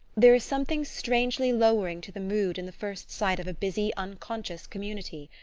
there is something strangely lowering to the mood in the first sight of a busy unconscious community.